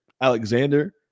Alexander